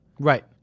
Right